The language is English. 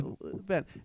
Ben